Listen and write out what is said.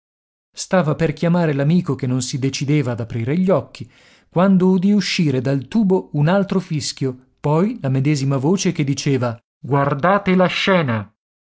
stava per chiamare l'amico che non si decideva ad aprire gli occhi quando udì uscire dal tubo un altro fischio poi la medesima voce che diceva guardate la scena